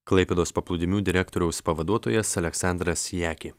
klaipėdos paplūdimių direktoriaus pavaduotojas aleksandras jaki